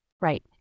Right